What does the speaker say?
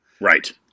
Right